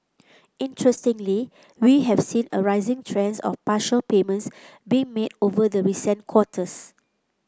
interestingly we have seen a rising trends of partial payments being made over the recent quarters